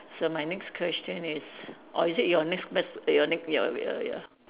so my next question is or is it your next next your ne~ ya ya ya